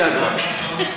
מה זה ויאגרה?